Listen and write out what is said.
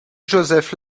joseph